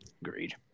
Agreed